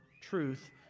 truth